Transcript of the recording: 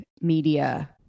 media